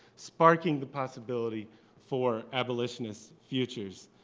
sparking the possibility for abolitionist futures.